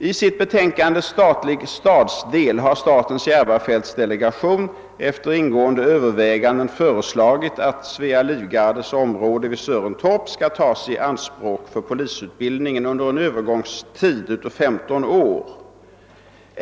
I sitt betänkande Statlig stadsdel har statens järvafältsdelegation efter ingående överväganden föreslagit, att Svea livgardes område vid Sörentorp tas i anspråk för polisutbildning under en övergångstid av 15 år.